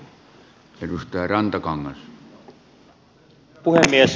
arvoisa herra puhemies